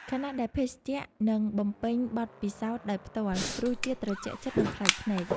ខណៈដែលភេសជ្ជៈនឹងបំពេញបទពិសោធន៍ដោយផ្តល់រសជាតិត្រជាក់ចិត្ត និងប្លែកភ្នែក។